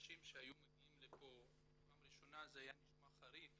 לאנשים שהיו מגיעים לפה בפעם ראשונה היה נשמע חריג